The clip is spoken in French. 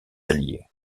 alliées